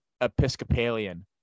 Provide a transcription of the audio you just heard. Episcopalian